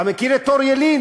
אתה מכיר את אור ילין?